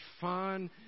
fun